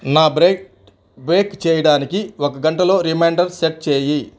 నా bread bake చేయడానికి ఒక గంటలో రిమైండర్ సెట్ చేయి